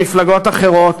ומפלגות אחרות,